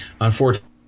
Unfortunately